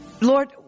Lord